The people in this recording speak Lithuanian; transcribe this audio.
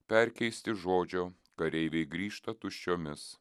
perkeisti žodžio kareiviai grįžta tuščiomis